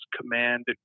command